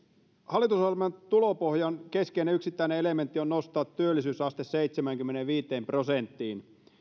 hallitusohjelman tulopohjan keskeinen yksittäinen elementti on nostaa työllisyysaste seitsemäänkymmeneenviiteen prosenttiin